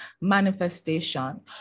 manifestation